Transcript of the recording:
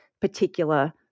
particular